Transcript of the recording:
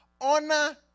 Honor